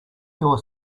your